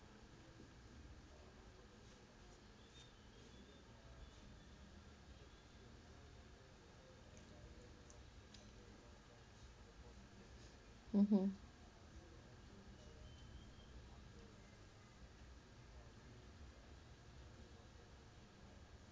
mmhmm